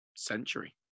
century